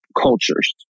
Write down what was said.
cultures